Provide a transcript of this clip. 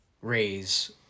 raise